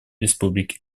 республики